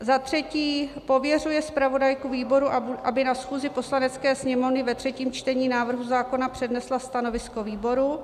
Za třetí pověřuje zpravodajku výboru, aby na schůzi Poslanecké sněmovny ve třetím čtení návrhu zákona přednesla stanovisko výboru.